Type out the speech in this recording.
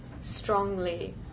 strongly